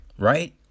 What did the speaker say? right